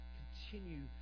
continue